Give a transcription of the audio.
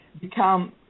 become